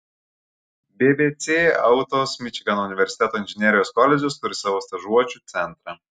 bbc autos mičigano universiteto inžinerijos koledžas turi savo stažuočių centrą